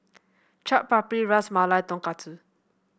Chaat Papri Ras Malai Tonkatsu